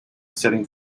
setting